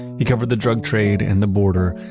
he covered the drug trade and the border,